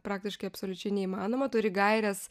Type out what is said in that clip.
praktiškai absoliučiai neįmanoma turi gaires